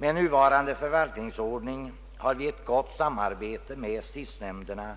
Under nuvarande förvaltningsordning har vi ett gott samarbete med stiftshämnderna,